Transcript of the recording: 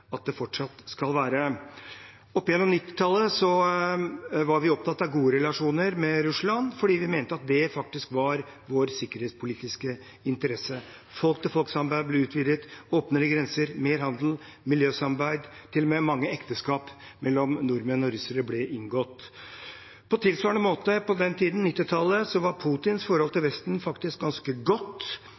at det fortsatt skal være. Gjennom 1990-tallet var vi opptatt av gode relasjoner med Russland fordi vi mente at det faktisk var i vår sikkerhetspolitiske interesse. Folk-til-folk-samarbeidet ble utvidet, med åpnere grenser, mer handel og miljøsamarbeid. Til og med mange ekteskap mellom nordmenn og russere ble inngått. På tilsvarende måte på den tiden – på 1990-tallet – var Putins forhold til Vesten faktisk ganske godt.